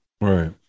Right